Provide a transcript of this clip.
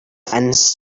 fence